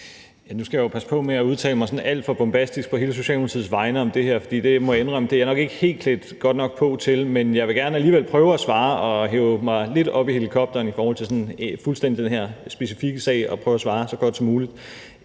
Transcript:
Nu skal jeg jo passe på med at udtale mig sådan alt for bombastisk på hele Socialdemokratiets vegne om det her, for jeg må indrømme, at det er jeg nok ikke helt klædt godt nok på til. Men jeg vil godt alligevel prøve at svare og hæve mig lidt op i helikopteren i forhold til den her sådan specifikke sag og prøve at svare så godt som muligt.